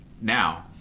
Now